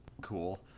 cool